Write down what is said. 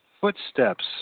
footsteps